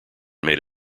made